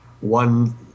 one